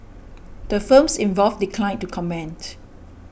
the firms involved declined to comment